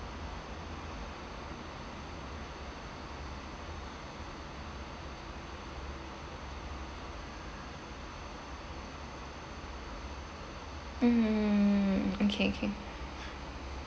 mm okay okay